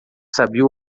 sabia